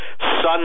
son